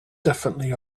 definitely